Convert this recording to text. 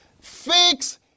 Fix